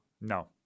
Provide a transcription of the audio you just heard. No